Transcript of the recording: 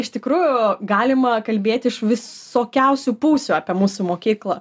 iš tikrųjų galima kalbėti iš visokiausių pusių apie mūsų mokyklą